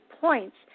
points